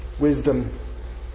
wisdom